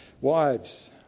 Wives